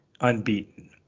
unbeaten